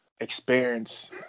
experience